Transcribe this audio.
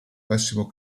pessimo